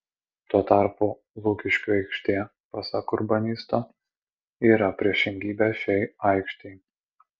tuo tarpu lukiškių aikštė pasak urbanisto yra priešingybė šiai aikštei